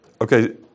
Okay